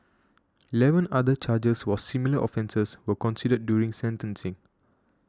eleven other charges for similar offences were considered during sentencing